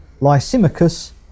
Lysimachus